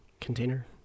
container